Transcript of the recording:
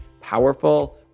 powerful